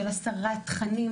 של הסרת תכנים,